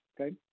okay